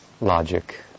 logic